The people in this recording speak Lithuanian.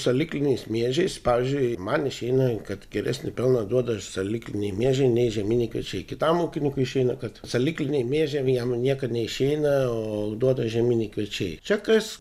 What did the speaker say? salykliniais miežiais pavyzdžiui man išeina kad geresnį pelną duoda salykliniai miežiai nei žieminiai kviečiai kitam ūkininkui išeina kad salykliniai miežiai jam niekad neišeina o duoda žieminiai kviečiai čia kas